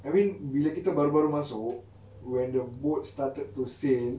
I mean bila kita baru-baru masuk when the boat started to sail